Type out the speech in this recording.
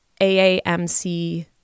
AAMC